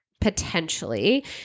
potentially